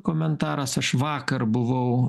komentaras aš vakar buvau